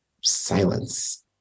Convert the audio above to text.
silence